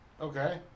Okay